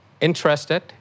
interested